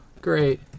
great